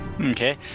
okay